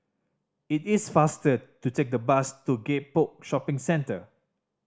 it is faster to take the bus to Gek Poh Shopping Centre